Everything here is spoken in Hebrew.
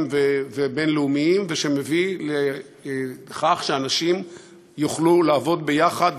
ובין-לאומיים ומביא לכך שאנשים יוכלו לעבוד יחד,